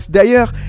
D'ailleurs